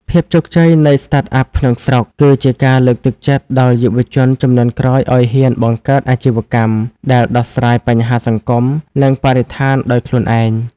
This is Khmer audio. ភាពជោគជ័យនៃ Startup ក្នុងស្រុក គឺជាការលើកទឹកចិត្តដល់យុវជនជំនាន់ក្រោយឱ្យហ៊ានបង្កើតអាជីវកម្មដែលដោះស្រាយបញ្ហាសង្គម និងបរិស្ថានដោយខ្លួនឯង។